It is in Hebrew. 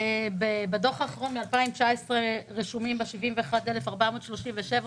בדוח האחרון משנת 2019 רשומים בה 71,437 תושבים,